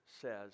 says